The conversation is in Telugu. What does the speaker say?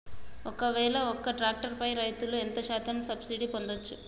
ఒక్కవేల ఒక్క ట్రాక్టర్ పై రైతులు ఎంత శాతం సబ్సిడీ పొందచ్చు?